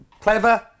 clever